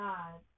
God